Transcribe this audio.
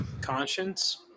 Conscience